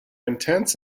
intense